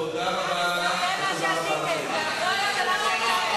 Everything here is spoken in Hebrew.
תודה רבה לך, ותודה רבה לכם.